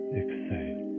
exhale